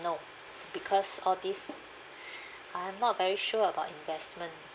no because all this I'm not very sure about investment